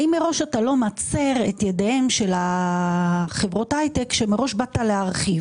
האם מראש אתה לא מצר את ידיהן של חברות ההייטק כאשר מראש באת להרחיב?